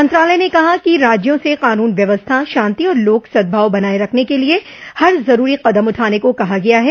मंत्रालय ने कहा कि राज्यों से कानून व्यवस्था शांति और लोक सद्भाव बनाये रखने के लिए हर जरूरी कदम उठाने को कहा गया है